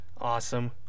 Awesome